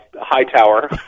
Hightower